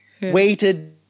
weighted